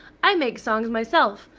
i make songs myself.